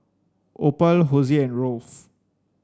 Opal Hosie and Rolf